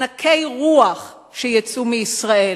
ענקי רוח שיצאו מישראל.